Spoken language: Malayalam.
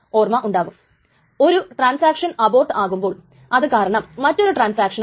അതേ സമയം ഇനി ട്രാൻസാക്ഷൻ T യുടെ ടൈംസ്റ്റാബ് x ന്റെ റൈറ്റ്സ്റ്റാമ്പിനെക്കാൾ വലുത് ആണെങ്കിൽ